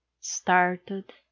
started